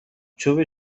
چوب